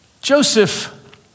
Joseph